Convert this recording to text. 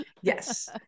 Yes